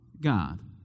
God